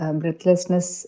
breathlessness